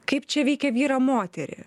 kaip čia veikia vyrą moterį